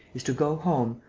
is to go home,